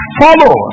follow